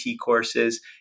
courses